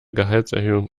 gehaltserhöhung